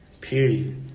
period